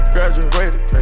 Graduated